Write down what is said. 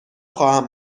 خواهم